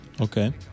Okay